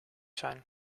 zijn